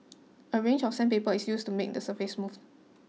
a range of sandpaper is used to make the surface smooth